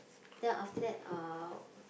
then after that uh